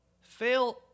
Fail